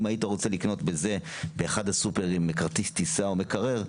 אם היית רוצה לקנות בזה באחד הסופרים כרטיס טיסה או מקרר,